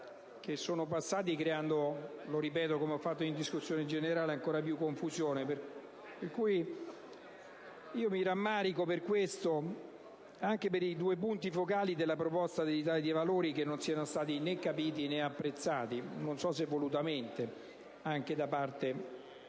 sono passati, creando (e lo ripeto, come ho già fatto in sede di discussione generale), ancora più confusione. Io mi rammarico che i due punti focali della proposta dell'Italia dei Valori non siano stati capiti e apprezzati, non so se volutamente, anche da parte